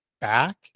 back